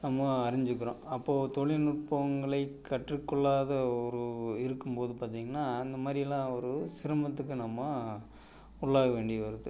நம்ம அறிஞ்சிக்கிறோம் அப்போ தொழில்நுட்பங்களை கற்றுக்கொள்ளாத ஒரு இருக்கும்போது பார்த்தீங்கன்னா அந்த மாதிரிலாம் ஒரு சிரமத்துக்கு நம்ம உள்ளாக வேண்டிய வருது